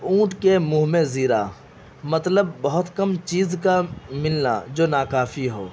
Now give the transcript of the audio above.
اونٹ کے منھ میں زیرا مطلب بہت کم چیز کا ملنا جو ناکافی ہو